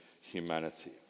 humanity